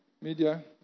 Media